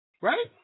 right